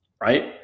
right